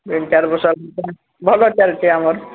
ତିନି ଚାରି ବର୍ଷ ଭଲ ଚାଲଛି ଆମର